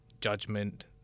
judgment